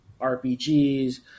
RPGs